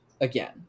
again